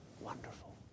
Wonderful